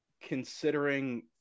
considering